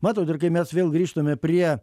matot ir kai mes vėl grįžtame prie